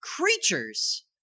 creatures